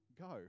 go